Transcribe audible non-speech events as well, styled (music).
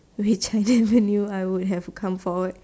which I never (laughs) knew I would have come forward